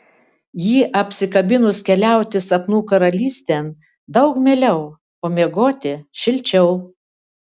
jį apsikabinus keliauti sapnų karalystėn daug mieliau o miegoti šilčiau